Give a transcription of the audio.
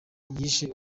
yishe